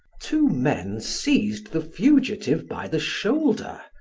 two men seized the fugitive by the shoulder,